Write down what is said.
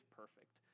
perfect